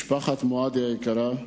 משפחת מועדי היקרה,